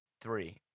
three